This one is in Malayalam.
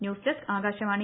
news desk Akashvani